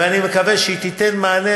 ואני מקווה שהיא תיתן מענה